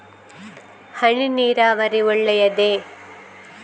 ಹನಿ ನೀರಾವರಿ ಒಳ್ಳೆಯದೇ?